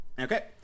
Okay